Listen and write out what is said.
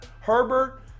Herbert